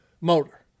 motor